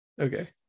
Okay